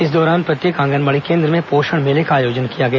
इस दौरान प्रत्येक आंगनबाड़ी केन्द्र में पोषण मेले का आयोजन किया गया